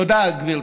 תודה, גברתי.